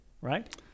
Right